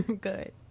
good